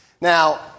Now